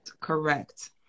Correct